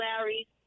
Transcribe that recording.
Larry